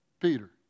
Peter